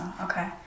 Okay